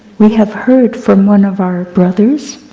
we have heard from one of our brothers